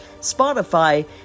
Spotify